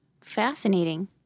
fascinating